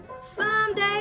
someday